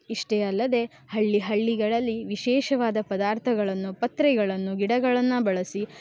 ಇಷ್ಟೇ ಅಲ್ಲದೇ ಹಳ್ಳಿ ಹಳ್ಳಿಗಳಲ್ಲಿ ವಿಶೇಷವಾದ ಪದಾರ್ಥಗಳನ್ನು ಪತ್ರೆಗಳನ್ನು ಗಿಡಗಳನ್ನು ಬಳಸಿ